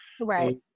Right